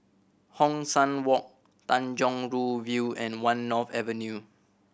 Hong San Walk Tanjong Rhu View and One North Avenue